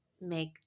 make